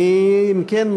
אם כן,